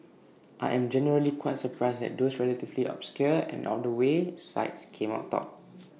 I am generally quite surprised that those relatively obscure and out the way sites came out top